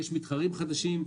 יש מתחרים חדשים,